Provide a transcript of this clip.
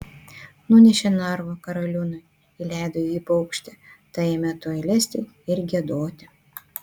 nunešė narvą karaliūnui įleido į jį paukštę ta ėmė tuoj lesti ir giedoti